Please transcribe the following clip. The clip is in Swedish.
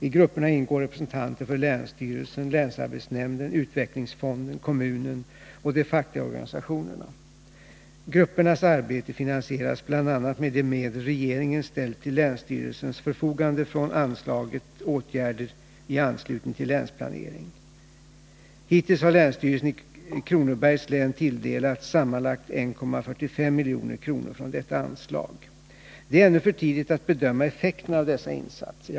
I grupperna ingår representanter för länsstyrelsen, länsarbetsnämnden, utvecklingsfonden, kommunen och de fackliga organisationerna. Gruppernas arbete finansieras bl.a. med de medel regeringen ställt till länsstyrelsens förfogande från anslaget Åtgärder i anslutning till länsplanering. Hittills har länsstyrelsen i Kronobergs län tilldelats sammanlagt 1,45 milj.kr. från detta anslag. Det är ännu för tidigt att bedöma effekterna av dessa insatser.